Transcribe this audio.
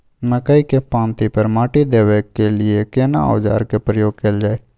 मकई के पाँति पर माटी देबै के लिए केना औजार के प्रयोग कैल जाय?